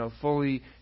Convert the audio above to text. fully